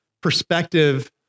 perspective